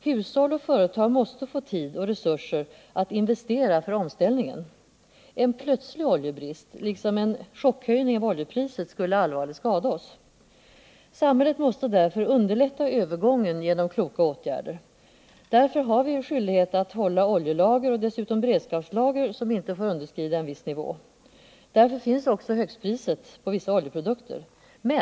Hushåll och företag måste få tid och resurser att investera för omställningen. En plötslig oljebrist, liksom en chockhöjning av oljepriset, skulle allvarligt skada oss. Samhället måste mot denna bakgrund underlätta övergången genom kloka åtgärder. Därför har vi skyldighet att hålla oljelager och dessutom beredskapslager, som inte får underskrida en viss nivå. På grund härav finns också ett högstpris på vissa oljeprodukter.